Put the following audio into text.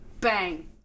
Bang